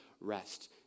rest